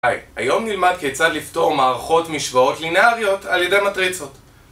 היי, היום נלמד כיצד לפתור מערכות משוואות לינאריות על ידי מטריצות